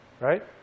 Right